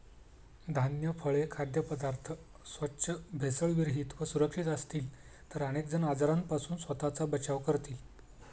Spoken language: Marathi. धान्य, फळे, खाद्यपदार्थ स्वच्छ, भेसळविरहित व सुरक्षित असतील तर अनेक जण आजारांपासून स्वतःचा बचाव करतील